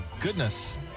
goodness